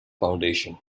foundation